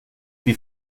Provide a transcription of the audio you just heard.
wie